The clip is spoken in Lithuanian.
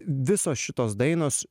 visos šitos dainos